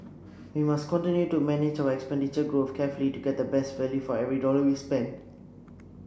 we must continue to manage our expenditure growth carefully to get the best value for every dollar we spend